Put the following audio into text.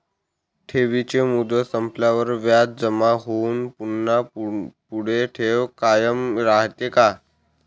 ठेवीची मुदत संपल्यावर व्याज जमा होऊन पुन्हा पुढे ठेव कायम राहते का?